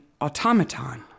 automaton